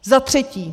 Za třetí.